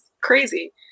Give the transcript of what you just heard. crazy